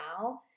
now